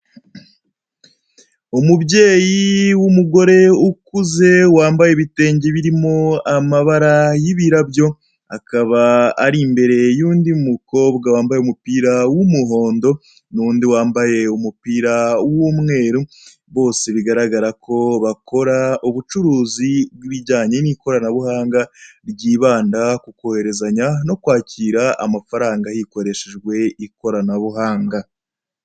Umubyeyi w'umugore ukuze wambaye ibitenge birimo amabara y'ibirabyo, akaba ari imbere y'undi mukobwa wambaye umupira w'umuhondo n'undi wambaye umupira w'umweru, bose bigaragara ko bakora ubucuruzi bw'ibijyanye n'ikoranabuhanga, ryibanda ku kohezanya no kwakira amafaranga hakoreshejwe ikoranabuhanga.